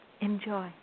Enjoy